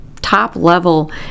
top-level